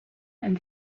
and